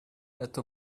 это